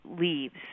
leaves